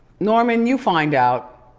norman, you find out,